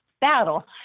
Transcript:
battle